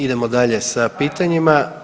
Idemo dalje sa pitanjima.